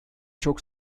çok